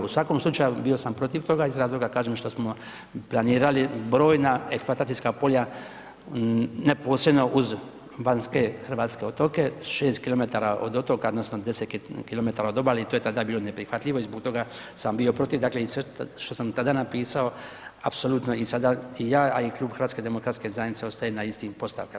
U svakom slučaju, bio sam toga iz razloga kažem, što smo planirali brojna eksploatacijska polja neposredno uz vanjske hrvatske otoke, 6 km od otoka odnosno 10 km od obale i to je tada bilo neprihvatljivo i zbog toga sam bio protiv, dakle i sve što sam tada napisao, apsolutno i sada i ja a i klub HDZ-a ostajemo na istim postavkama.